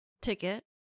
ticket